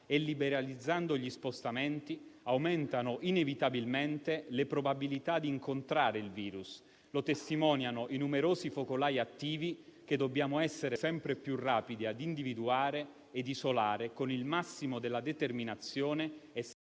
e liberalizzando gli spostamenti, aumentano, inevitabilmente, le probabilità di incontrare il virus. Lo testimoniano i numerosi focolai attivi, che dobbiamo essere sempre più rapidi a individuare e isolare con il massimo della determinazione e senza alcuna